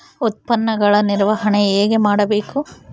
ಉತ್ಪನ್ನಗಳ ನಿರ್ವಹಣೆ ಹೇಗೆ ಮಾಡಬೇಕು?